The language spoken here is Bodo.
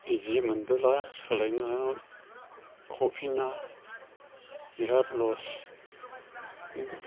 गिजि मोनबोला सोलायना हरफिना बिराद लस